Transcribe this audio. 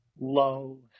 low